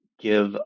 give